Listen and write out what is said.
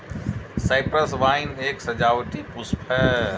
Cyprus vine एक सजावटी पुष्प है